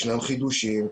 יש חידושים,